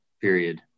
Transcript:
period